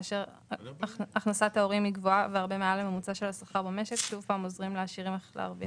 לכן הוא אומר, הפעם, לא כהוראת